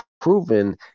proven